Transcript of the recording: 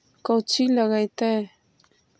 कौची लगतय?